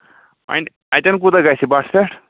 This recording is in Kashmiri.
وۄنۍ اَتٮ۪ن کوٗتاہ گژھِ یہِ بَٹھَس پٮ۪ٹھ